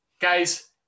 Guys